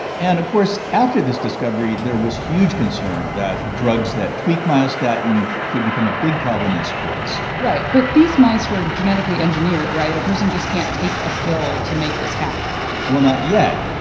and, of course, after this discovery, there was huge concern that drugs that tweak myostatin could become a big problem in sports right. but these mice were genetically engineered, right? a person just can't take a pill to make this happen well, not yet.